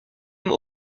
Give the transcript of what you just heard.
même